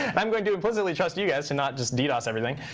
i'm going to implicitly trust you guys and not just ddos everything.